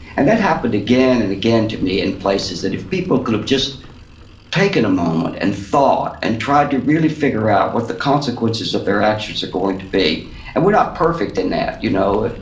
and that happened again and again to me in places that if people could have just taken a moment, and thought, and tried to really figure out what the consequences of their actions are going to be. and we're not perfect in that, you know?